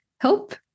help